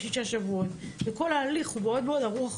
שישה שבועות וכל ההליך הוא מאוד עמוס,